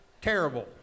terrible